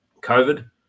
COVID